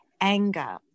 anger